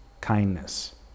kindness